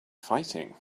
fighting